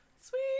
Sweet